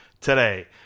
today